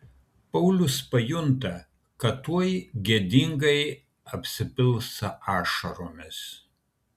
paulius pajunta kad tuoj gėdingai apsipils ašaromis